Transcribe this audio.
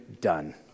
done